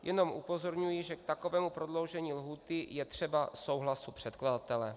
Jenom upozorňuji, že k takovému prodloužení lhůty je třeba souhlasu předkladatele.